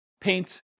paint